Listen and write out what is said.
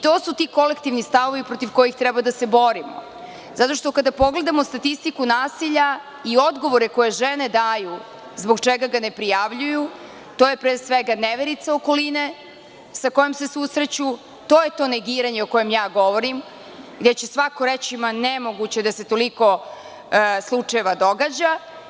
To su ti kolektivni stavovi protiv kojih treba da se borimo zato što kada pogledamo statistiku nasilja i odgovore koje žene daju zbog čega ga ne prijavljuju, to je pre svega neverica okoline sa kojom se susreću, to je to nerviranje o kome govorim gde će svako reći – nemoguće da se toliko slučajeva događa.